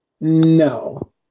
No